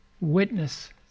witness